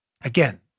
Again